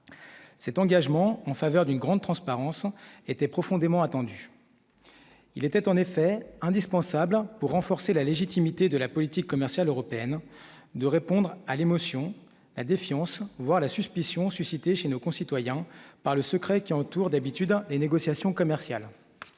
cet engagement en faveur d'une grande transparence était profondément attendu, il était en effet indispensable pour renforcer la légitimité de la politique commerciale européenne de répondre à l'émotion, la défiance, voire la suspicion suscitée chez nos concitoyens par le secret qui entoure d'habitude et négociations commerciales.